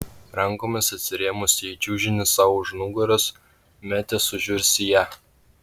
rankomis atsirėmusi į čiužinį sau už nugaros metė sužiurs į ją